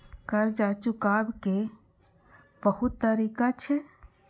कर्जा चुकाव के बहुत तरीका छै?